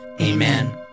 Amen